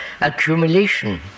accumulation